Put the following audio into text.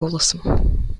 голосом